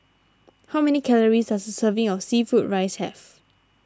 how many calories does a serving of Seafood Fried Rice have